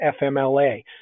FMLA